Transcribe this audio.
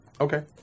Okay